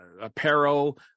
apparel